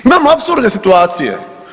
Imamo apsurdne situacije.